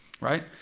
Right